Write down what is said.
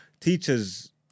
teachers